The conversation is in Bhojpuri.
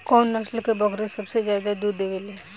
कउन नस्ल के बकरी सबसे ज्यादा दूध देवे लें?